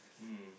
mm